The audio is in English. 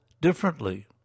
differently